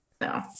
No